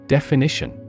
Definition